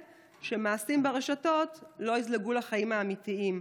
שמעשים ברשתות לא יזלגו לחיים האמיתיים.